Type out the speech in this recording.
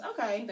Okay